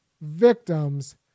victims